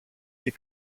και